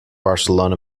barcelona